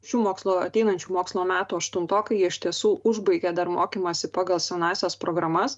šių mokslo ateinančių mokslo metų aštuntokai jie iš tiesų užbaigia dar mokymąsi pagal senąsias programas